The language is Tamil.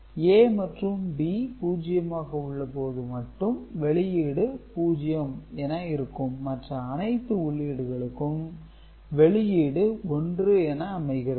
A மற்றும் B பூஜ்ஜியமாக உள்ளபோது மட்டும் வெளியீடு 0 என இருக்கும் மற்ற அனைத்து உள்ளீடுகளுக்கும் வெளியீடு 1 என அமைகிறது